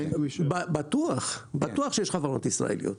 בטוח שיש חברות ישראליות.